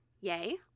yay